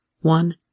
one